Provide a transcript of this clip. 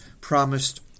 promised